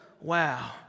Wow